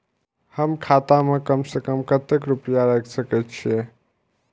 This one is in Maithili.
हम खाता में कम से कम कतेक रुपया रख सके छिए?